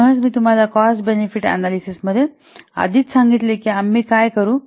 म्हणूनच मी तुम्हाला कॉस्ट बेनिफिट अनालिसिस मध्ये आधीच सांगितले आहे की आम्ही काय करू